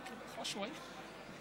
בבקשה, אדוני.